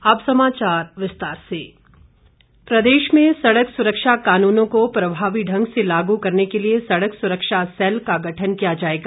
और कैबिनेट प्रदेश में सड़क सुरक्षा कानूनों को प्रभावी ढंग से लागू करने के लिए सड़क सुरक्षा सैल का गठन किया जाएगा